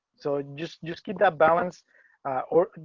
so just just keep that balance or,